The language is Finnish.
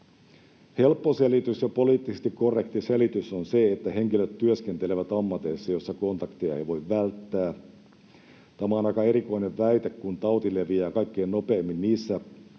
Helppo selitys ja poliittisesti korrekti selitys on se, että henkilöt työskentelevät ammateissa, joissa kontakteja ei voi välttää. Tämä on aika erikoinen väite, kun tauti leviää kaikkein nopeimmin niissä